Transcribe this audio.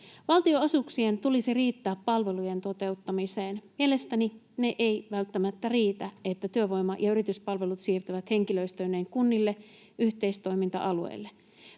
Valtionosuuksien tulisi riittää palvelujen toteuttamiseen. Mielestäni ne eivät välttämättä riitä siihen, että työvoima- ja yrityspalvelut siirtyvät henkilöstöineen kunnille yhteistoiminta-alueille.